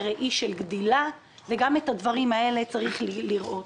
בראי של גדילה וגם את הדברים האלה צריך לראות.